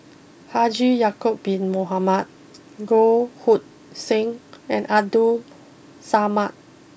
Haji Ya'acob Bin Mohamed Goh Hood Seng and Abdul Samad